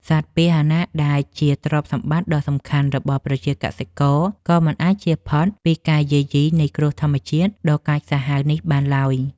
សត្វពាហនៈដែលជាទ្រព្យសម្បត្តិដ៏សំខាន់របស់ប្រជាកសិករក៏មិនអាចជៀសផុតពីការយាយីនៃគ្រោះធម្មជាតិដ៏កាចសាហាវនេះបានឡើយ។